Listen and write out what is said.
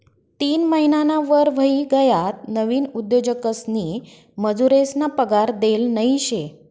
तीन महिनाना वर व्हयी गयात नवीन उद्योजकसनी मजुरेसना पगार देल नयी शे